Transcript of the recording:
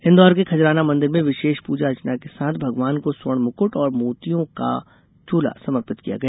इन्दौर के खजराना मंदिर में विशेष पूजा अर्चना के साथ भगवान को स्वर्ण मुक्ट और मोतियों का चोला समर्पित किया गया